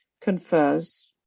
confers